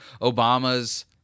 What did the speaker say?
Obama's